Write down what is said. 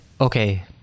okay